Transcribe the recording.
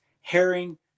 Herring